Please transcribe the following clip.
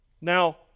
now